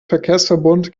verkehrsverbund